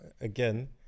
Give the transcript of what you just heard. again